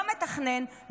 לא מתכנן,